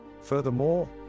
Furthermore